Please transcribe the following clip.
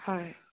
হয়